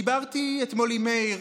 דיברתי אתמול עם מאיר,